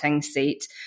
seat